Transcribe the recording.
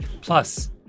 Plus